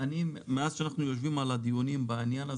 מאז שאנחנו יושבים על הדיונים בעניין הזה